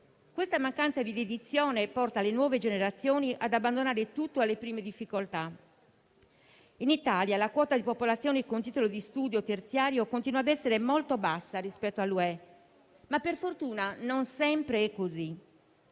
Questa mancanza di dedizione porta le nuove generazioni ad abbandonare tutto alle prime difficoltà. In Italia la quota di popolazione con titolo di studio terziario continua a essere molto bassa rispetto all'Unione europea, ma per fortuna non sempre è così.